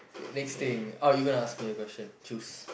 next thing how you gonna ask me a question choose